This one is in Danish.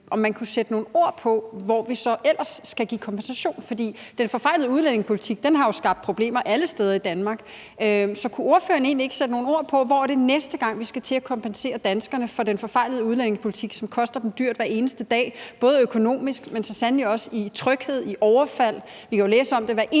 om man kunne sætte nogle ord på, hvor vi så ellers skal give kompensation. For den forfejlede udlændingepolitik har jo skabt problemer alle steder i Danmark. Så kunne ordføreren egentlig ikke sætte nogle ord på, hvor det næste gang er, vi skal til at kompensere danskerne for den forfejlede udlændingepolitik, som koster dem dyrt hver eneste dag, både økonomisk, men så sandelig også i tryghed, i overfald. Vi kan jo læse om det hver eneste dag